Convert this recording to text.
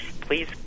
please